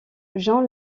jean